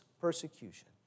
persecution